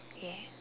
yeah